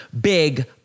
big